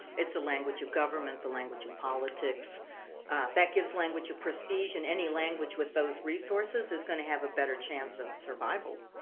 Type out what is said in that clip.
language of government, the language of politics that gives language a prestige, and any language with those resources is going to have a better chance of survival.